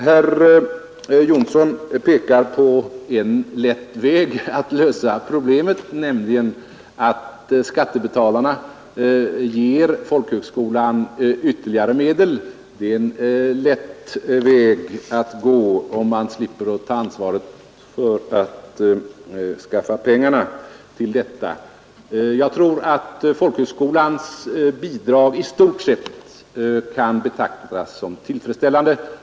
Herr Jonsson i Alingsås pekar pa en lätt väg att lösa problemet, nämligen genom att skattebetalarna ger folkhögskolan ytterligare medel. Det är en lätt väg att gå. om man slipper att ta ansvaret för att skaffa pengarna till detta. Jag tror att folkhögskolans bidrag i stort sett kan betraktas som tillfredsställande.